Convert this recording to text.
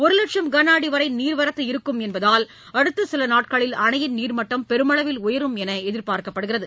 ஒரு லட்சம் கன அடி வரை நீர்வரத்து இருக்கும் என்பதால் அடுத்த சில நாட்களில் அணையின் நீர்மட்டம் பெருமளவில் உயரும் என்று எதிர்பார்க்கப்படுகிறது